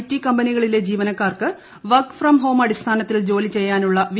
T കമ്പനികളിലെ ജീവനക്കാർക്ക് work from home അടിസ്ഥാനത്തിൽ ജോലിചെയ്യാനുള്ള വി